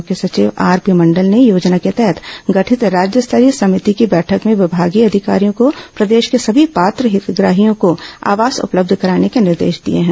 मुख्य सचिव आरपी मंडल ने योजना के तहत गठित राज्य स्तरीय सभिति की बैठक में विभागीय अधिकारियों को प्रदेश के सभी पात्र हितग्राहियों को आवास उपलब्ध कराने के निर्देश दिए हैं